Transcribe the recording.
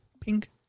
pink